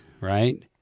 right